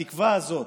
התקווה הזאת,